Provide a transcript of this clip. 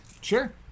Sure